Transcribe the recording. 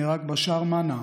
נהרג בשאר מנאע,